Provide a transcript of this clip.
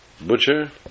butcher